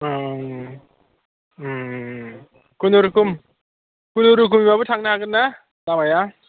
खुनुरुखम खुनुरुखमबाबो थांनो हागोन ना लामाया